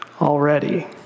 already